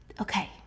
Okay